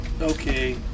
okay